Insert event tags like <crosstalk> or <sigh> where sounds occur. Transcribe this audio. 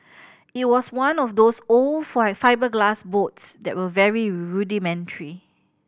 <noise> it was one of those old <unintelligible> fibreglass boats that were very rudimentary